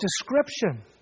description